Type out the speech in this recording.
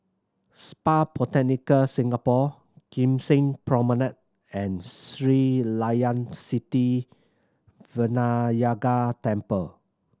Spa Botanica Singapore Kim Seng Promenade and Sri Layan Sithi Vinayagar Temple